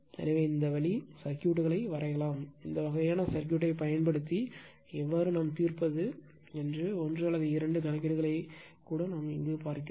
எனவே இந்த வழி சர்க்யூட்களை வரையலாம் இந்த வகையான சர்க்யூட் பயன்படுத்தி எவ்வாறு தீர்ப்பது என்று ஒன்று அல்லது இரண்டு கணக்கீடுகளைக் கூட பார்ப்பீர்கள்